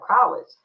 college